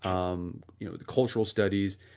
um you know, the cultural studies,